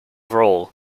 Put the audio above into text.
role